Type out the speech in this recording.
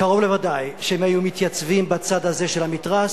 קרוב לוודאי שהם היו מתייצבים בצד הזה של המתרס